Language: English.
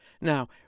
Now